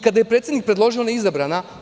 Kada je predsednik predložio ona je bila izabrana.